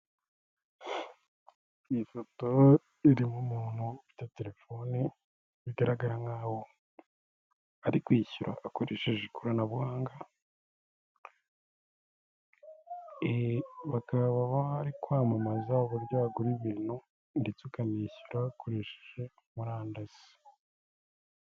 Iyi foto irimo umuntu ufite telefoni, bigaragara nk'aho ari kwishyura akoreshe ikoranabuhanga, bakaba bari kwamamaza uburyo wagura ibintu ndetse ukanishyura hakoresheje murandasi.